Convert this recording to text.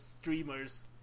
streamers